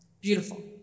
Beautiful